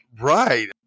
Right